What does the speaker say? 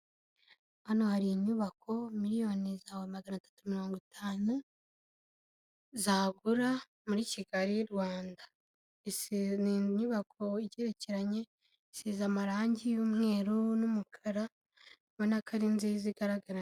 Hano hari inyubako miliyoni zawe magana atatu mirongo itanu, zagura muri Kigali Rwanda ni inyubako igerekeranye isize amarangi y'umweru n'umukara ubona ko ari nziza igaragara.